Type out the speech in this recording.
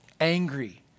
angry